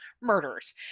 Murders